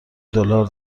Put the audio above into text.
دلار